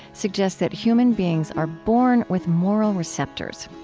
suggests that human beings are born with moral receptors.